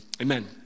Amen